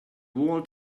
walled